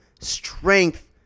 strength